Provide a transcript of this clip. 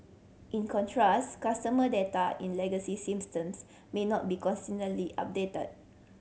in contrast customer data in legacy systems may not be consistently updated